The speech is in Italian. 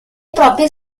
proprie